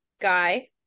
Guy